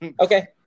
Okay